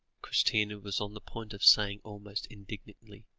christina was on the point of saying almost indignantly,